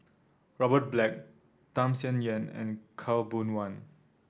Robert Black Tham Sien Yen and Khaw Boon Wan